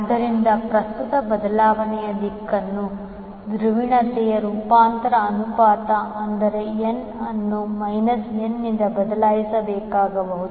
ಆದ್ದರಿಂದ ಪ್ರಸ್ತುತ ಬದಲಾವಣೆಯ ದಿಕ್ಕಿನ ಧ್ರುವೀಯತೆ ರೂಪಾಂತರ ಅನುಪಾತ ಅಂದರೆ n ಅನ್ನು n ನಿಂದ ಬದಲಾಯಿಸಬೇಕಾಗಬಹುದು